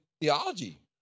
theology